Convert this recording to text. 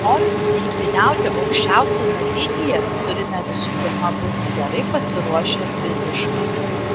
norint rungtyniauti aukščiausiame lygyje turime visų pirma būti gerai pasiruošę fiziškai